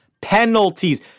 Penalties